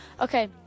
Okay